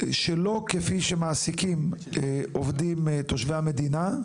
שלא כפי שמעסיקים עובדים תושבי המדינה,